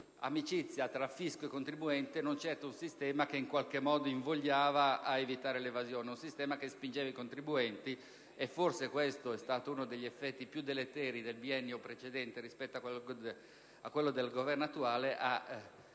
amicizia tra fisco e contribuente, non certo un sistema che in qualche modo invogliava ad evitare l'evasione. Era un sistema che spingeva i contribuenti (e forse questo è stato uno degli effetti più deleteri del biennio precedente rispetto a quello del Governo attuale)